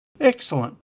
Excellent